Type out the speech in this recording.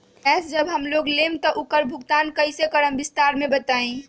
Gas जब हम लोग लेम त उकर भुगतान कइसे करम विस्तार मे बताई?